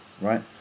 Right